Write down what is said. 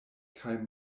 kaj